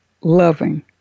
loving